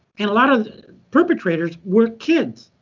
and a lot of the perpetrators were kids.